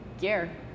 gear